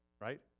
right